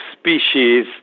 species